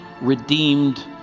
redeemed